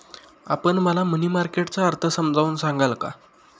आपण मला money market चा अर्थ समजावून सांगाल का?